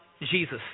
Jesus